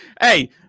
Hey